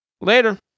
later